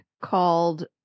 called